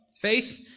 Faith